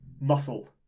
muscle